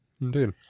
Indeed